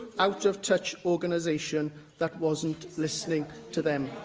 out-of-touch organisation that wasn't listening to them.